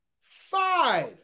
Five